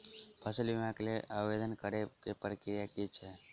फसल बीमा केँ लेल आवेदन करै केँ प्रक्रिया की छै?